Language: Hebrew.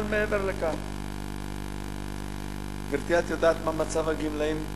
אבל מעבר לכך, גברתי, את יודעת מה מצב הגמלאים?